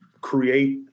create